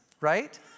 Right